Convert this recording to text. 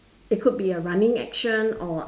it could be a running action or